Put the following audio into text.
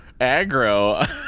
aggro